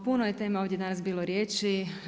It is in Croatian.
O puno je tema ovdje danas bilo riječi.